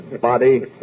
body